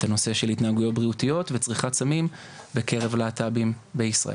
את הנושא של התנהגויות בריאותיות וצריכת סמים בקרב להט"בים בישראל.